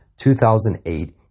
2008